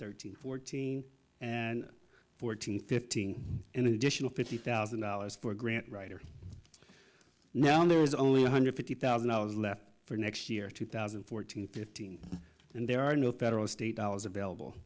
thirteen fourteen and fourteen fifteen an additional fifty thousand dollars for a grant writer now there was only one hundred fifty thousand dollars left for next year two thousand and fourteen fifteen and there are no federal state hours available